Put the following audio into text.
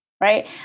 right